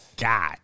God